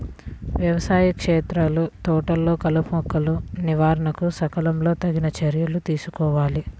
వ్యవసాయ క్షేత్రాలు, తోటలలో కలుపుమొక్కల నివారణకు సకాలంలో తగిన చర్యలు తీసుకోవాలి